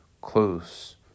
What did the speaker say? close